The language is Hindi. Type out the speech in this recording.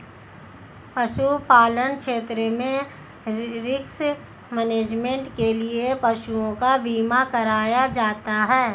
पशुपालन क्षेत्र में रिस्क मैनेजमेंट के लिए पशुओं का बीमा कराया जाता है